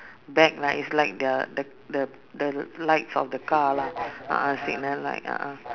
back lah is like the the the the lights of the car lah a'ah signal light a'ah